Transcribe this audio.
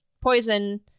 Poison